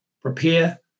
prepare